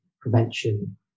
prevention